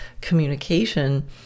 communication